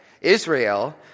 Israel